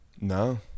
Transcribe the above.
no